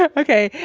um okay.